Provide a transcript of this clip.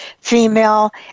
female